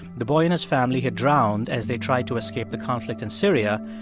the boy and his family had drowned as they tried to escape the conflict in syria.